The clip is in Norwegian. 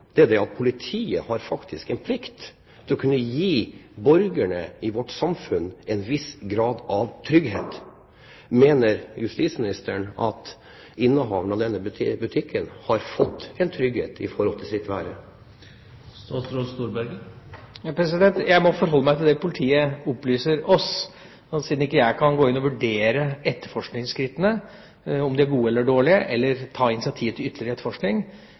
er at politiet faktisk har en plikt til å kunne gi borgerne i vårt samfunn en viss grad av trygghet. Mener justisministeren at innehaveren av denne butikken har fått en trygghet i forhold til sitt være? Jeg må forholde meg til det politiet opplyser oss om, og siden jeg ikke kan gå inn og vurdere etterforskningsskrittene, om de er gode eller dårlige, eller ta initiativ til ytterligere etterforskning,